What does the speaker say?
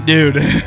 Dude